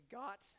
got